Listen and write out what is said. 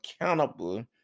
accountable